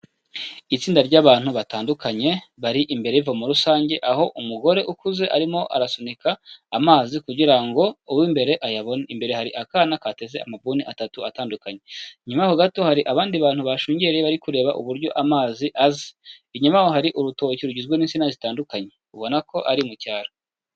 Itsinda ry'abantu batandukanye bari imbere y'ivomo rusange aho umugore ukuze arimo arasunika amazi kugira ngo uw'imbere ayabone, imbere hari akana kateze amabuni atatu atandukanye, inyuma yaho gato hari abandi bantu bashungereye bari kureba uburyo amazi aza, inyuma yaho hari urutoki rugizwe n'insina zitandukanye ubona ko ari mu cyaro.